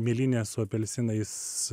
mėlynės su apelsinais